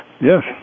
Yes